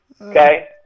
Okay